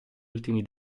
ultimi